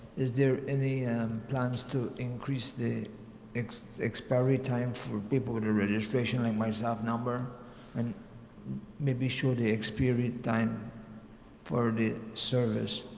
is there any plans to increase the expiry time for people with the registration like myself number and maybe sure the expiry time for the service.